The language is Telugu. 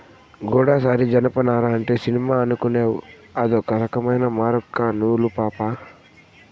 గూడసారి జనపనార అంటే సినిమా అనుకునేవ్ అదొక రకమైన మూరొక్క నూలు పాపా